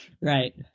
Right